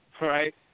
right